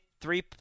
three